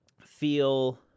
feel –